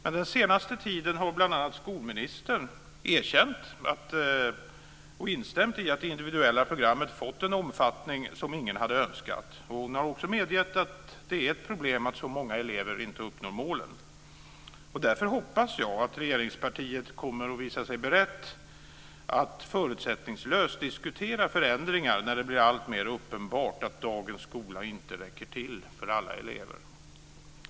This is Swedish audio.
Men under den senaste tiden har bl.a. skolministern erkänt och instämt i att det individuella programmet fått en omfattning som ingen hade önskat. Hon har också medgett att det är ett problem att så många elever inte uppnår målen. Därför hoppas jag att regeringspartiet kommer att visa sig berett att förutsättningslöst diskutera förändringar när det blir alltmer uppenbart att dagens skola inte räcker till för alla elever.